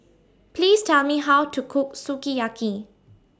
Please Tell Me How to Cook Sukiyaki